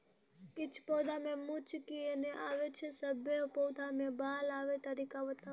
किछ पौधा मे मूँछ किये नै आबै छै, सभे पौधा मे बाल आबे तरीका बताऊ?